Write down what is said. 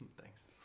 Thanks